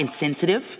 insensitive